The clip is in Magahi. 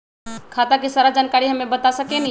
खाता के सारा जानकारी हमे बता सकेनी?